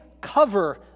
cover